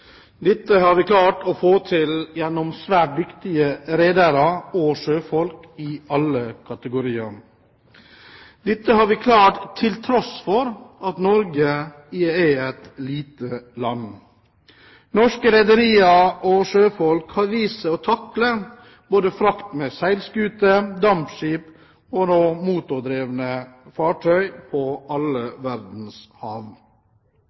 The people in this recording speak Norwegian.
Dette har vi klart å få til gjennom svært dyktige redere og sjøfolk i alle kategorier. Dette har vi klart til tross for at Norge er et lite land. Norske rederier og sjøfolk har vist seg å takle både frakt med seilskuter, dampskip og nå motordrevne fartøy på alle verdens hav.